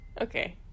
Okay